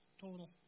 total